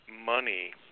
money